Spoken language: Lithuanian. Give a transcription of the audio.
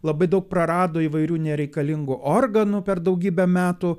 labai daug prarado įvairių nereikalingų organų per daugybę metų